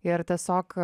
ir tiesiog